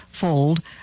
fold